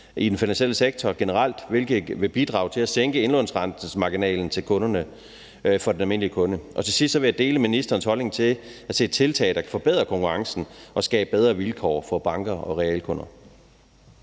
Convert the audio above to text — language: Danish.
i den finansielle sektor generelt, hvilket vil bidrage til at sænke indlånsrentemarginalen for den almindelige kunde. Til sidst vil jeg sige, at jeg deler ministerens holdning til at se tiltag, der kan forbedre konkurrencen og skabe bedre vilkår for bankerne og for kunderne.